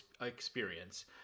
experience